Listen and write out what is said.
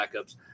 backups